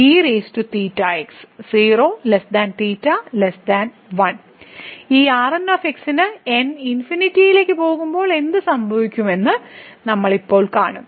ഈ Rn ന് പോകുമ്പോൾ എന്ത് സംഭവിക്കുമെന്ന് നമ്മൾ ഇപ്പോൾ കാണും